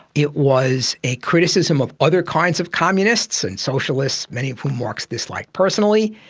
it was a criticism of other kinds of communists and socialists, many of whom marx disliked personally,